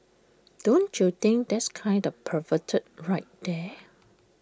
don't you think that's kind of perverted right there